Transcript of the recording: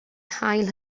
hail